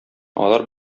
алар